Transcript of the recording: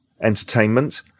entertainment